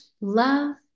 love